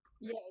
Yes